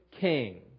king